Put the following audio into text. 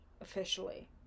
officially